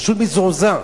פשוט מזועזע.